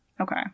Okay